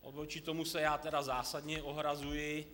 Vůči tomu se já tedy zásadně ohrazuji.